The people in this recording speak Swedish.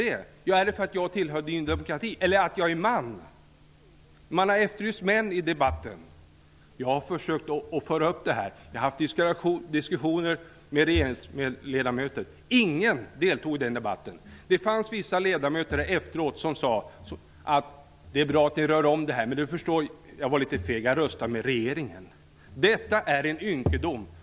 Är det för att jag tillhör Ny demokrati eller för att jag är man? Män har efterlysts i debatten. Jag försökte ta upp detta. Jag har haft diskussioner med regeringsledamöter. Ingen deltog i den debatten. Det fanns vissa ledamöter som efteråt sade: Det är bra att ni rör om. Jag var litet feg; jag röstade med regeringen. Detta är en ynkedom.